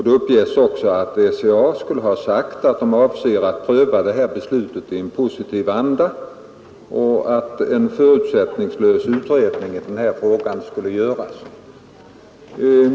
Det uppges också att SCA skulle ha sagt att företaget avser att pröva denna framställning i en positiv anda och att en förutsättningslös utredning i frågan skulle göras.